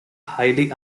highly